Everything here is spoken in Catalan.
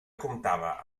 comptava